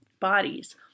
bodies